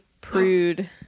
prude